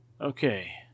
Okay